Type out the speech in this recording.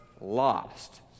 lost